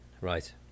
right